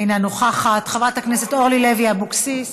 אינה נוכחת, חברת הכנסת אורלי לוי אבקסיס,